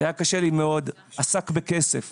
זה היה קשה לי מאוד, עסק בכסף,